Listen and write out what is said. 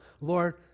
Lord